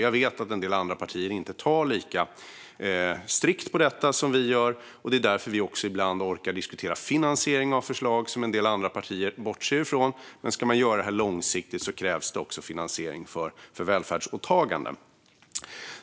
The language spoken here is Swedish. Jag vet att en del andra partier inte tar lika strikt på detta som vi gör, och det är därför som vi också ibland orkar diskutera finansiering av förslag som en del andra partier bortser från. Men om man ska göra detta långsiktigt krävs det också finansiering för välfärdsåtaganden.